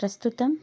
ప్రస్తుతం